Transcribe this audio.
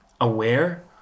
aware